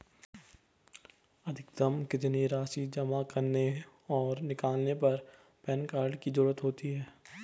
अधिकतम कितनी राशि जमा करने और निकालने पर पैन कार्ड की ज़रूरत होती है?